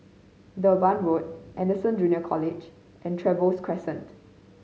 Durban Road Anderson Junior College and Trevose Crescent